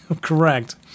Correct